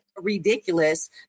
ridiculous